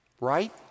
Right